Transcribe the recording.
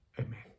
Amen